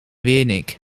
wenig